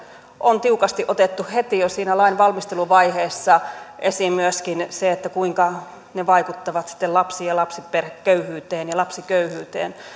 on tiukasti otettu heti jo siinä lain valmisteluvaiheessa esiin myöskin se kuinka ne vaikuttavat sitten lapsiin ja lapsiperheköyhyyteen ja lapsiköyhyyteen